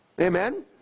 Amen